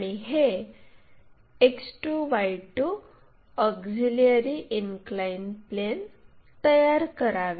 आणि हे X2 Y2 auxiliary incline plane तयार करावे